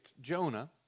Jonah